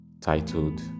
titled